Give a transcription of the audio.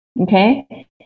Okay